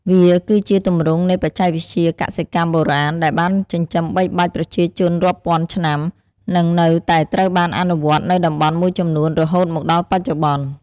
វាគឺជាទម្រង់នៃបច្ចេកវិទ្យាកសិកម្មបុរាណដែលបានចិញ្ចឹមបីបាច់ប្រជាជនរាប់ពាន់ឆ្នាំ និងនៅតែត្រូវបានអនុវត្តនៅតំបន់មួយចំនួនរហូតមកដល់បច្ចុប្បន្ន។